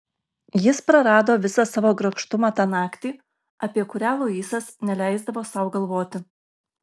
jis prarado visą savo grakštumą tą naktį apie kurią luisas neleisdavo sau galvoti